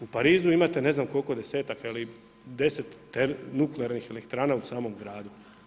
U Parizu imate, ne znam, koliko desetaka, ili deset nuklearnih elektrana u samom gradu.